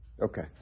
okay